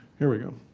here we go.